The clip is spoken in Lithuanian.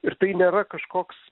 ir tai nėra kažkoks